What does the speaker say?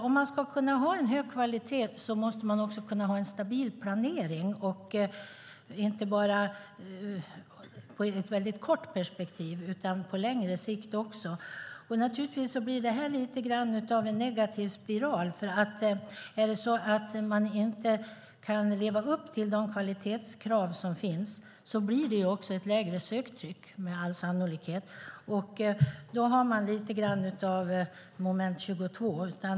Om man ska kunna ha en hög kvalitet måste man också kunna ha en stabil planering inte bara i ett kort perspektiv utan också på längre sikt. Det blir lite grann av en negativ spiral. Om man inte kan leva upp till de kvalitetskrav som finns blir det också med all sannolikhet ett lägre söktryck. Det blir lite av ett moment 22.